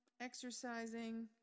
exercising